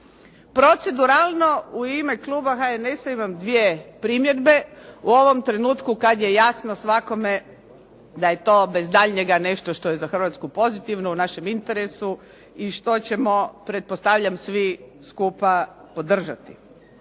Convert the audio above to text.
Proceduralno, u ime kluba HNS-a imam dvije primjedbe u ovom trenutku kad je jasno svakome da je to bez daljnjega nešto što je za Hrvatsku pozitivno, u našem interesu i što ćemo pretpostavljam svi skupa podržati.